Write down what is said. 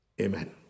Amen